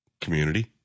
community